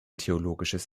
theologisches